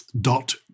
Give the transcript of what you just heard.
dot